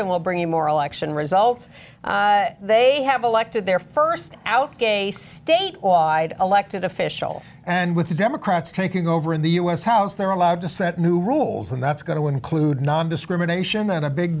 they will bring in more election results they have elected their first out state elected official and with the democrats taking over in the u s house they're allowed to set new rules and that's going to include nondiscrimination and a big